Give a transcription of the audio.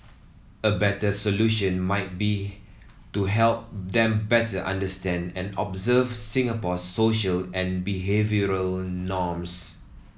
a better solution might be to help them better understand and observe Singapore's social and behavioural norms